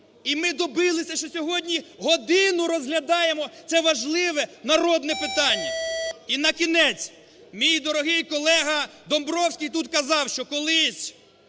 І ми добилися, що сьогодні годину розглядаємо це важливе народне питання. І на кінець, мій дорогий колега Домбровський тут казав, що колись